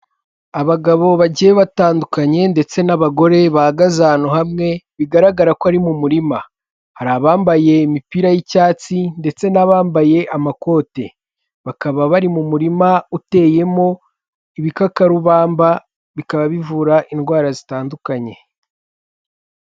Abagabo bagiye batandukanye ndetse n'abagore bahagaze ahantu hamwe, bigaragara ko ari mu murima. Hari abambaye imipira y'icyatsi ndetse n'abambaye amakote, bakaba bari mu murima uteyemo ibikakarubamba bikaba bivura indwara zitandukanye.